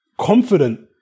confident